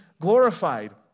glorified